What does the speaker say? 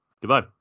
Goodbye